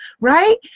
right